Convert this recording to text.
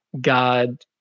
God